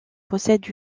possède